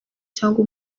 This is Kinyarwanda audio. cyangwa